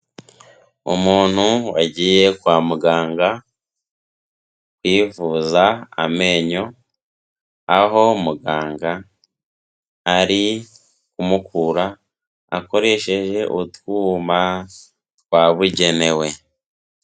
Umuntu wagiye kwa muganga yivuza amenyo, aho muganga ari kumukura akoresheje utwuma twabugenewe.